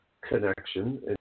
connection